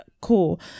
cool